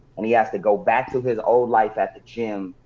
and he has to go back to his old life at the gym,